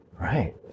right